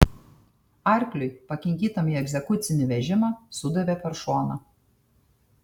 arkliui pakinkytam į egzekucinį vežimą sudavė per šoną